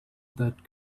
that